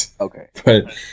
Okay